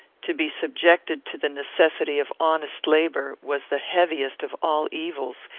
to be subjected to the necessity of honest labour was the heaviest of all evils,